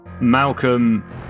Malcolm